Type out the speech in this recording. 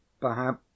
Perhaps